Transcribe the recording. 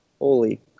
holy